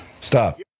Stop